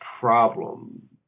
problem